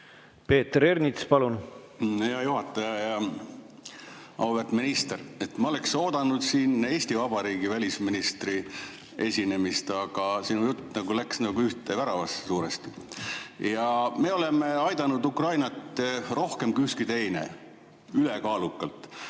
Peeter Ernits, palun! Hea juhataja! Auväärt minister! Ma oleks oodanud siin Eesti Vabariigi välisministri esinemist, aga sinu jutt läks nagu ühte väravasse suuresti. Me oleme aidanud Ukrainat rohkem kui ükski teine – ülekaalukalt.